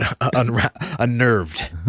unnerved